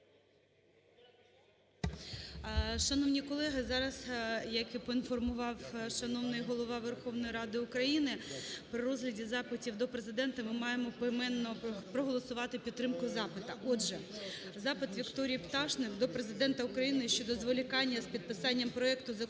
Шановні колеги, зараз, як і поінформував шановний Голово Верховної Ради України, при розгляді запитів до Президента ми маємо поіменно проголосувати підтримку запита. Отже, запит Вікторії Пташник до Президента України щодо зволікання з підписанням проекту Закону